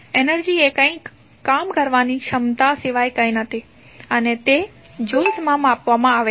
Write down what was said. energy એ કંઈક કામ કરવાની ક્ષમતા સિવાય કંઈ નથી અને તે જ્યુલ્સ માં માપવામાં આવે છે